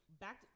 back